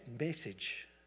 message